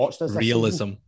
Realism